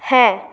হ্যাঁ